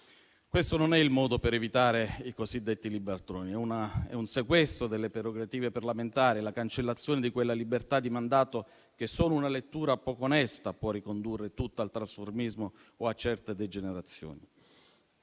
Questo non è il modo per evitare i cosiddetti ribaltoni: è un sequestro delle prerogative parlamentari, la cancellazione di quella libertà di mandato che solo una lettura poco onesta può ricondurre tutta al trasformismo o a certe degenerazioni.